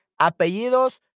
apellidos